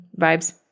vibes